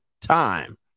time